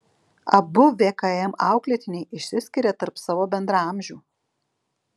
abu vkm auklėtiniai išsiskiria tarp savo bendraamžių